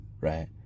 right